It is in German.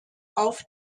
auf